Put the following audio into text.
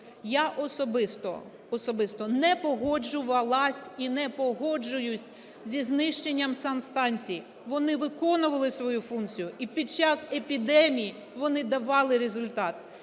особисто не погоджувалась і не погоджуюсь зі знищенням санстанцій, вони виконували свою функцію і під час епідемій, вони давали результат.